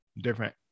different